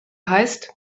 heißt